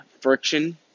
friction